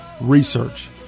research